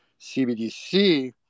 CBDC